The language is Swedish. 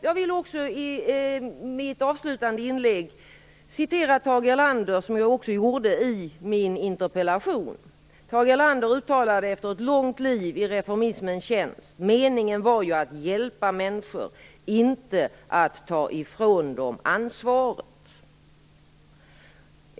Jag vill i mitt avslutande inlägg citera Tage Erlander, vilket jag också gjorde i min interpellation. Tage Erlander uttalade efter ett långt liv i reformistens tjänst: "Meningen var ju att hjälpa människor, inte att ta ifrån dem ansvaret."